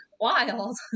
Wild